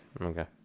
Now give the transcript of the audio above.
okay